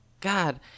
God